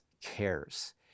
cares